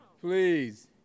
Please